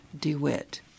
DeWitt